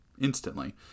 Instantly